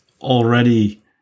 already